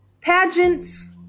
Pageants